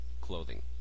clothing